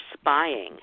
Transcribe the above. spying